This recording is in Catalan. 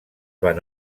van